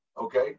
Okay